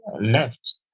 left